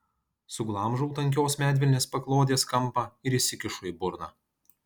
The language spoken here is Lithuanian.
suglamžau tankios medvilnės paklodės kampą ir įsikišu į burną